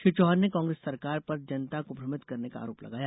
श्री चौहान ने कांग्रेस सरकार पर जनता को भ्रमित करने का आरोप लगाया